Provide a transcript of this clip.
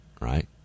right